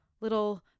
little